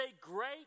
great